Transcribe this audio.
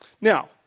Now